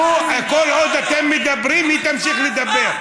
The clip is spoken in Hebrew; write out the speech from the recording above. כל עוד אתם מדברים היא תמשיך לדבר.